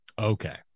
Okay